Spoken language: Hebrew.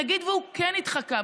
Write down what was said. שנגיד שהוא כן התחקה,